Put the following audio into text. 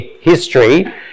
history